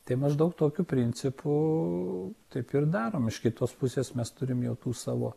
tai maždaug tokiu principu taip ir darom iš kitos pusės mes turim jau tų savo